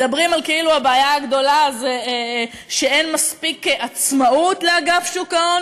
מדברים שכאילו הבעיה הגדולה היא שאין מספיק עצמאות לאגף שוק ההון?